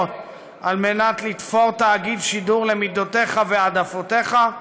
כדי לתפור תאגיד שידור למידותיך והעדפותיך,